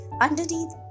Underneath